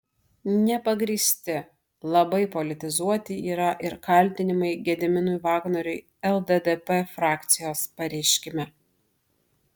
nepagrįsti labai politizuoti yra ir kaltinimai gediminui vagnoriui lddp frakcijos pareiškime